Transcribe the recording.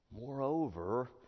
Moreover